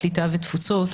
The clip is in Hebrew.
קליטה ותפוצות.